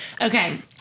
Okay